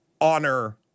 honor